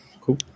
Cool